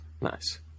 nice